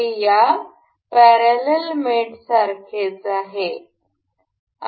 हे या पॅरलल मेटसारखेच आहे